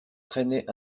traînaient